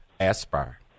Aspire